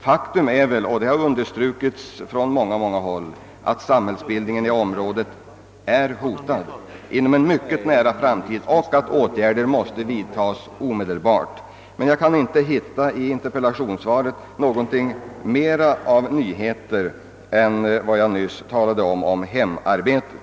Faktum är — och det har understrukits från många håll — att samhällsbildningen i inlandsområdet inom en mycket nära framtid är hotad och att åtgärder omedelbart måste vidtagas. Men jag kan inte i interpellationssvaret hitta någon mer nyhet än den jag förut nämnde om hemarbete.